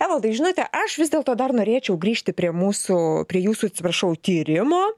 evaldai žinote aš vis dėlto dar norėčiau grįžti prie mūsų prie jūsų atsiprašau tyrimo